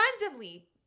Randomly